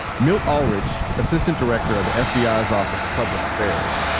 milt ahlerich, assistant director of the fbi's office of public affairs,